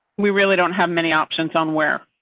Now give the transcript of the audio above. we really don't have many options on where,